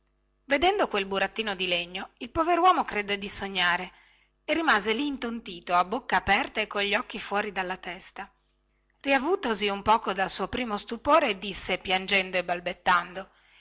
vedendo quel burattino di legno il poveruomo credé di sognare e rimase lì intontito a bocca aperta e con gli occhi fuori della testa riavutosi un poco dal suo primo stupore disse piangendo e balbettando